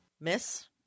Miss